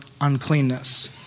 uncleanness